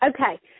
Okay